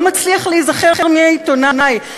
לא מצליח להיזכר מי העיתונאי,